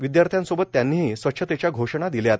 विद्यार्थ्यांसोबत त्यांनीही स्वच्छतेच्या घोषणा दिल्यात